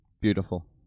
beautiful